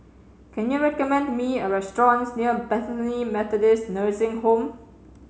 can you recommend me a restaurant near Bethany Methodist Nursing Home